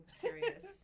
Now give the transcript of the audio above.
curious